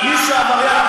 מי שעבריין,